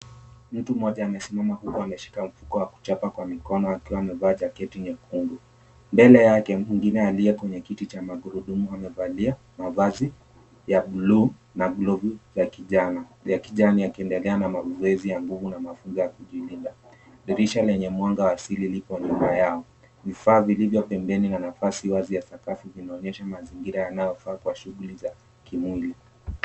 Mtu mmoja amesimama huku ameshika mfuko wa kuchapa kwa mikono huku amevaa jaketi nyekundu. Mbele yake mwingine aliye kwenye kiti cha magurudumu amevalia mavazi ya buluu na glavu ya kijani akiendelea na mazoezi ya nguvu na mafunzo ya kujilinda. Dirisha lenye mwanga wa asili lipo nyuma yao. Vifaa vilivyo pembeni na nafasi wazi ya sakafu inaonyesha mazingira yanayofaa shughuli za kimwili.